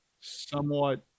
somewhat